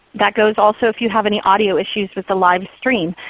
that goes also if you have any audio issues with the live stream.